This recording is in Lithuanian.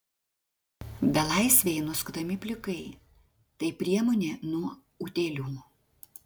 belaisviai nuskutami plikai tai priemonė nuo utėlių